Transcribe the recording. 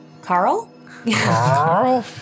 Carl